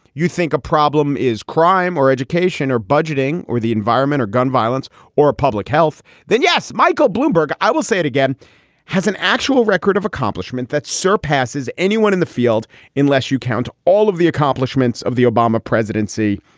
you think a problem is crime or education or budgeting or the environment or gun violence or public health, then yes. michael bloomberg. i will say it again has an actual record of accomplishment that surpasses anyone in the field unless you count all of the accomplishments of the obama presidency.